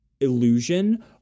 illusion